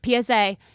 PSA